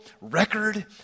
record